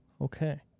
Okay